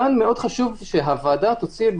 חשוב שהוועדה תוציא,